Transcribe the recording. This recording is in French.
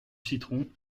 citron